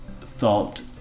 thought